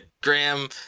Graham